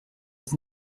was